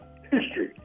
History